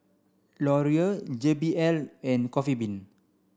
Laurier J B L and Coffee Bean